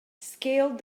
scaled